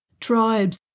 tribes